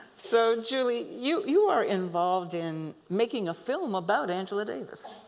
so julie, you you are involved in making a film about angela davis.